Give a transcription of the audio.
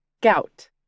Gout